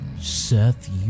Seth